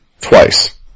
twice